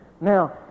Now